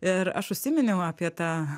ir aš užsiminiau apie tą